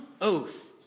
oath